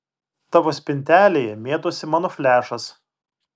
tavo spintelėje mėtosi mano flešas